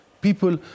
People